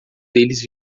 deles